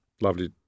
Lovely